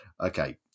Okay